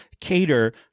cater